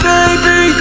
Baby